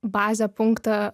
bazę punktą